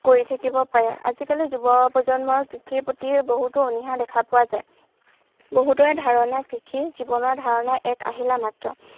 কৰি থাকিব পাৰে আজিকালি যুৱ প্ৰজন্মৰ কৃষিৰ প্ৰতি বহুতো অনীহা দেখা পোৱা যায় বহুতৰে ধাৰণা কৃষি জীৱন ধাৰণৰ এক আহিলা মাত্ৰ